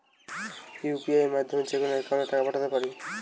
UPI মাধ্যমে যেকোনো একাউন্টে টাকা পাঠাতে পারি?